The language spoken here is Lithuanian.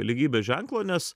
lygybės ženklo nes